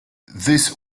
this